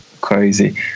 crazy